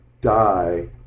die